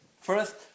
first